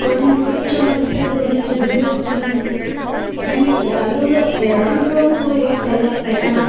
government bus ಛಲೋ ಅನ್ನಿಸ್ತೈತಿ ಒಮ್ಮೆ ಚಿಗ್ರೆ ಬಸ್ ಛಲೋ ಅನಸ್ತೈತೆ ಹೆಂಗೆ ಯಾವ್ದಾರೂ ಎರಡ್ರದೊಳ್ಗೂ ಹೋಗ್ ಒಟ್ಟು ಎಲ್ಲ ಪ್ರಯಾಣ